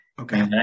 okay